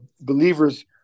believers